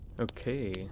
okay